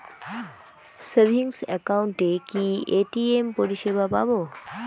Savings একাউন্টে কি ATM পরিসেবা পাব?